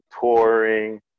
touring